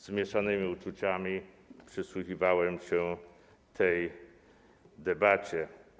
Z mieszanymi uczuciami przysłuchiwałem się tej debacie.